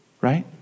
Right